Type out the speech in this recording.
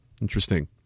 Interesting